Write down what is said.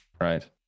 right